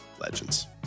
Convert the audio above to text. Legends